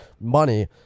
money